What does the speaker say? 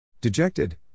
Dejected